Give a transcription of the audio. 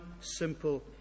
simple